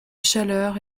chaleur